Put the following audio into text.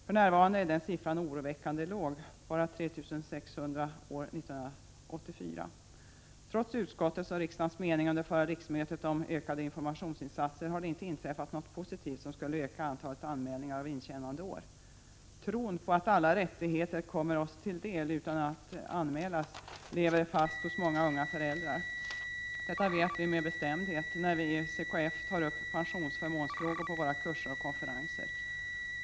För närvarande är den siffran oroväckande låg, bara 3 620 år 1984. Trots utskottets och riksdagens mening under förra riksmötet om ökade informationsinsatser har det inte inträffat något positivt som skulle öka antalet anmälningar av intjänandeår. Tron på att alla rättigheter kommer oss till del utan anmälan lever fast hos många unga föräldrar. Detta vet vi med bestämdhet när vi i centerns kvinnoförbund tar upp pensionsförmånsfrågor på våra kurser och konferenser.